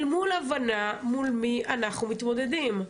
אל מול ההבנה מול מי אנחנו מתמודדים,